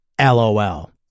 LOL